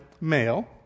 male